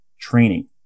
Training